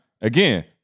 again